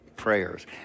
prayers